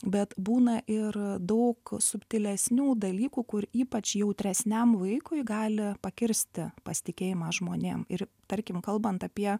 bet būna ir daug subtilesnių dalykų kur ypač jautresniam vaikui gali pakirsti pasitikėjimą žmonėm ir tarkim kalbant apie